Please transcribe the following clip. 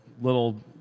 little